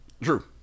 true